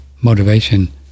motivation